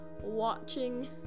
watching